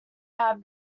have